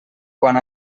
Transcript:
quan